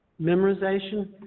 memorization